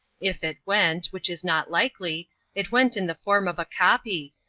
if it went which is not likely it went in the form of a copy,